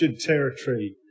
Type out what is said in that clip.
territory